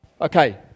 Okay